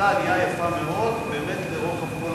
גם היתה עלייה יפה מאוד באמת לאורך כל המגזרים.